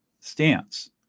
stance